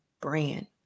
brand